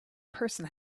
person